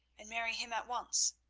and marry him at once.